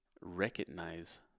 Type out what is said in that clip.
recognize